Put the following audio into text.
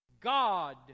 God